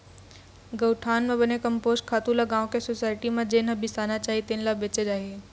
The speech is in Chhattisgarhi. गउठान म बने कम्पोस्ट खातू ल गाँव के सुसायटी म जेन ह बिसाना चाही तेन ल बेचे जाही